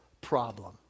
problem